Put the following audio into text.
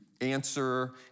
answer